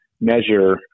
measure